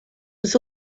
was